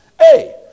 Hey